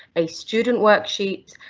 a student worksheet,